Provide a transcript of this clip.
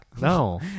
no